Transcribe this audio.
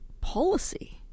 policy